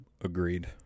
Agreed